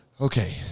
Okay